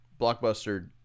Blockbuster